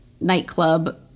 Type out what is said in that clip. nightclub